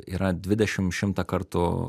yra dvidešim šimtą kartų